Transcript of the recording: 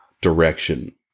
direction